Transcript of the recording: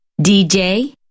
dj